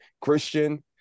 Christian